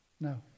No